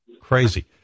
crazy